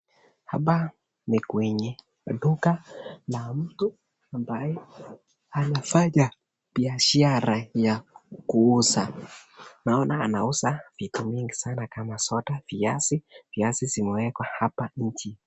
Hapa ni kwenye duka la mtu ambaye anafanya biashara ya kuuza, anauza vitu mingi sana kama soda viazi, viazi zimewekwa hapa nje.